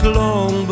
long